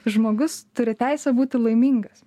žmogus turi teisę būti laimingas